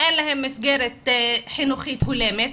אין להם מסגרת חינוכית הולמת,